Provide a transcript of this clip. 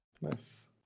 Nice